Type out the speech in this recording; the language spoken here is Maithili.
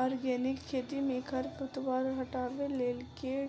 आर्गेनिक खेती मे खरपतवार हटाबै लेल केँ